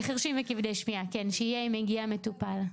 לחירשים וכבדי שמיעה, כן, שיהיה אם מגיע מטופל.